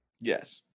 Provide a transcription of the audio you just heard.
Yes